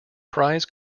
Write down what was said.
prize